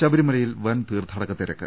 ശബരിമലയിൽ വൻ തീർത്ഥാടക തിരക്ക്